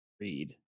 read